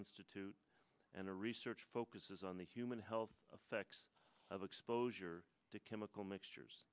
institute and a research focuses on the human health effects of exposure to chemical mixtures